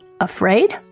Afraid